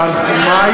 תנחומי,